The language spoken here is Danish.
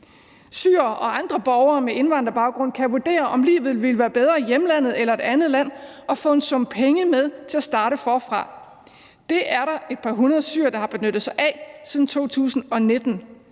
Syrere og andre borgere med indvandrerbaggrund kan vurdere, om livet ville være bedre i hjemlandet eller et andet land, og få en sum penge med til at starte forfra. Det er der et par hundrede syrere der har benyttet sig af siden 2019